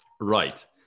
Right